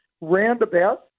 roundabout